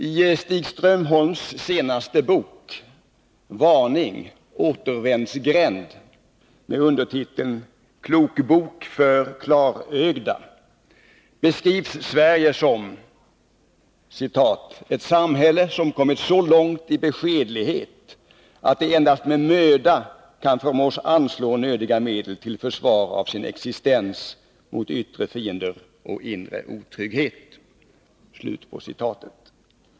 I Stig Strömholms senaste bok, Varning: Återvändsgränd, med undertiteln Klokbok för klarögda, beskrivs Sverige som ”ett samhälle som kommit så långt i beskedlighet att det endast med möda kan förmås anslå nödvändiga medel till försvar av sin existens mot yttre fiender och inre otrygghet”.